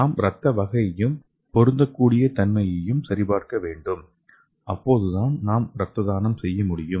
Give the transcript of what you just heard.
நாம் இரத்த வகையையும் பொருந்தக்கூடிய தன்மையையும் சரிபார்க்க வேண்டும் அப்போதுதான் நாம் இரத்த தானம் செய்ய முடியும்